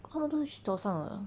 看它东西早上的